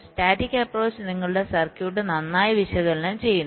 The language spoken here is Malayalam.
സ്റ്റാറ്റിക് അപ്പ്രോച്ച് നിങ്ങളുടെ സർക്യൂട്ട് നന്നായി വിശകലനം ചെയ്യുന്നു